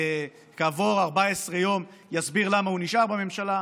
וכעבור 14 יום יסביר למה הוא נשאר בממשלה,